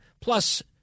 Plus